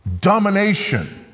domination